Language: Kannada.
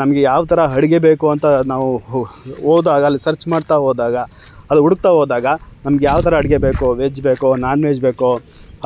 ನಮಗೆ ಯಾವ ಥರ ಅಡ್ಗೆ ಬೇಕು ಅಂತ ನಾವು ಹೋ ಹೋದಾಗ ಅಲ್ಲಿ ಸರ್ಚ್ ಮಾಡ್ತಾ ಹೋದಾಗ ಅದು ಹುಡುಕ್ತಾ ಹೋದಾಗ ನಮ್ಗೆ ಯಾವ ಥರ ಅಡುಗೆ ಬೇಕು ವೆಜ್ ಬೇಕೋ ನಾನ್ ವೆಜ್ ಬೇಕೋ